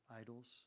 idols